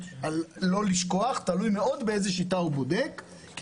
לא לשכוח שתלוי מאוד באיזה שיטה הוא בודק כי